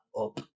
up